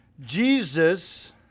Jesus